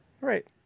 Right